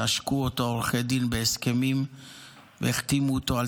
עשקו אותו עורכי דין בהסכמים והחתימו אותו על